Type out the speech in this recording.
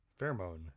Pheromone